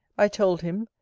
i told him,